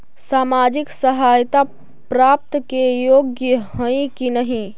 सामाजिक सहायता प्राप्त के योग्य हई कि नहीं?